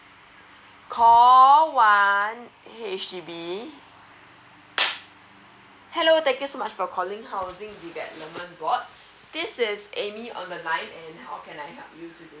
call one H_D_B hello thank you so much for calling housing development board this is ammy on the line and how can I help you today